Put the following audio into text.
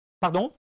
Pardon